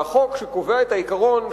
והחוק שקובע את העיקרון,